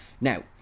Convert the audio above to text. now